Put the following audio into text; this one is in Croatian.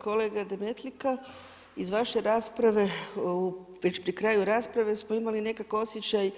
Kolega Demetlika, iz vaše rasprave, već pri kraju rasprave smo imali nekako osjećaj